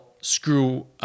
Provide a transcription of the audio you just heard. screw